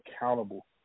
accountable